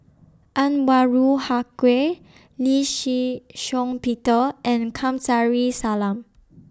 Anwarul Haque Lee Shih Shiong Peter and Kamsari Salam